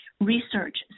Research